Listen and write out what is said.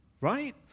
right